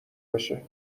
بشه